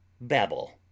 Babble